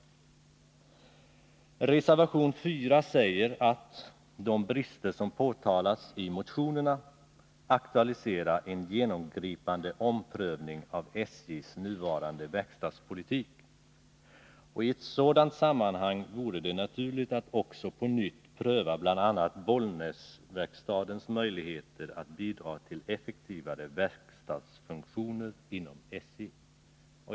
I reservation 4 sägs att de brister som påtalats i motionerna aktualiserar en genomgripande omprövning av SJ:s nuvarande verkstadspolitik och att det i ett sådant sammanhang vore naturligt att också på nytt pröva bl.a. Bollnäsverkstadens möjligheter att bidra till effektivare verkstadsfunktioner inom SJ.